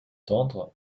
tendres